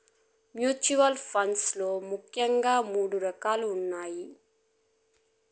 mutual funds లో ముఖ్యంగా మూడు రకాలున్నయ్